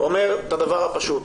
אומר את הדבר הפשוט,